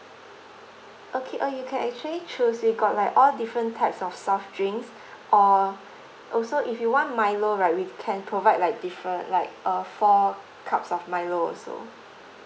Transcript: okay uh you can actually choose we got like all different types of soft drinks or also if you want Milo right we can provide like different like a four cups of Milo also